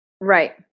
Right